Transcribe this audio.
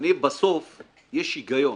בסוף יש היגיון.